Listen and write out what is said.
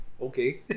Okay